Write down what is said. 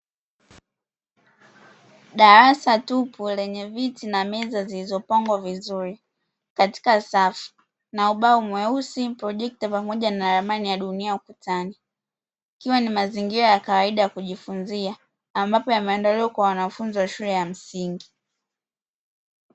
Darasa tupu lenye viti na meza zilizopangwa vizuri katika safu, na ubao mweusi, projekta pamoja na ramani ya dunia ukutani, ikiwa ni mazingira ya kawaida ya kujifunzia; ambapo yameandaliwa kwa wanafunzi wa shule ya msingi.